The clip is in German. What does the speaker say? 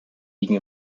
liegen